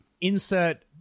Insert